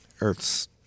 Earth's